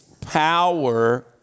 power